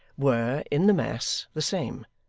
were, in the mass, the same.